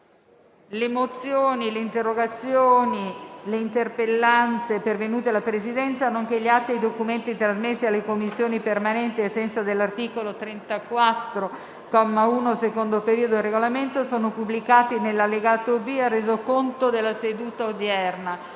Le mozioni, le interpellanze e le interrogazioni pervenute alla Presidenza, nonché gli atti e i documenti trasmessi alle Commissioni permanenti ai sensi dell'articolo 34, comma 1, secondo periodo, del Regolamento sono pubblicati nell'allegato B al Resoconto della seduta odierna.